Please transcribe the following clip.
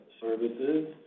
services